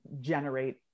generate